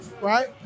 Right